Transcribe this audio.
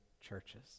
churches